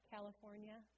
California